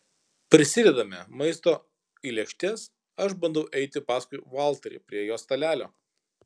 prisidedame maisto į lėkštes aš bandau eiti paskui valterį prie jo stalelio